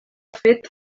fet